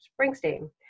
Springsteen